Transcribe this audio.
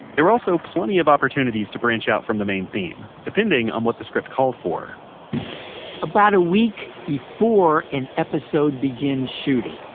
there were also plenty of opportunities to branch out from the main theme, depending on what the script called for about a week before an episode begins shooting,